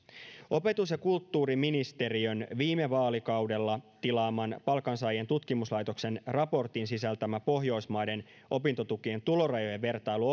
opetus ja kulttuuriministeriön viime vaalikaudella tilaaman palkansaajien tutkimuslaitoksen raportin sisältämä pohjoismaiden opintotukien tulorajojen vertailu